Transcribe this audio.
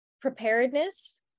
preparedness